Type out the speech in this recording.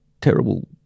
terrible